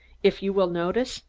if you will notice,